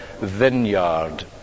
vineyard